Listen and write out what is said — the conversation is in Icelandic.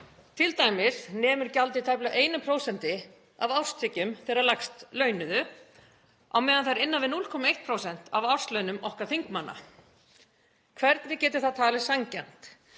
t.d. nemur gjaldið tæplega 1% af árstekjum þeirra lægst launuðu á meðan það er innan við 0,1% af árslaunum okkar þingmanna. Hvernig getur það talist sanngjarnt?